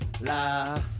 la